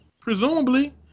Presumably